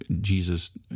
Jesus